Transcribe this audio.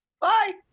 Bye